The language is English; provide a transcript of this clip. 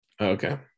Okay